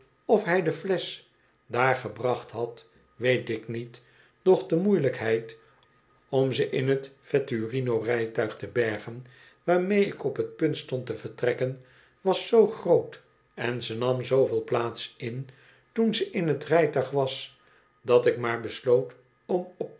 of hij de flesch daar gebracht had weet ik niet doch de moeielijkheid om ze in t vetturino rijtuig te bergen waarmee ik op t punt stond te vertrekken was zoo groot en ze nam zooveel plaats in toen ze in t rijtuig was dat ik maar besloot om